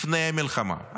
לפני המלחמה,